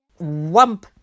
wump